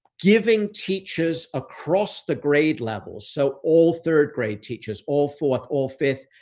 giving teachers across the grade levels. so, all third-grade teachers, all fourth or fifth,